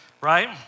right